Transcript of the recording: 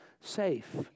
safe